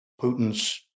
Putin's